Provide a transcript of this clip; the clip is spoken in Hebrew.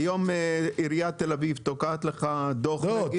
היום עיריית תל-אביב נותנת דוחות --- לא,